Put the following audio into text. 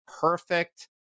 perfect